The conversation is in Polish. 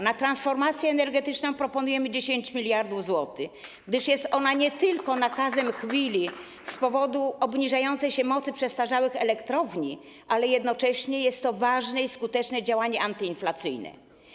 Na transformację energetyczną proponujemy 10 mld zł, gdyż jest ona nie tylko nakazem chwili powstałym z powodu obniżania się mocy przestarzałych elektrowni, lecz jednocześnie jest to też ważne i skuteczne działanie antyinflacyjne.